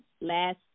last